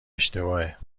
اشتباهه